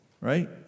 Right